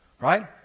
Right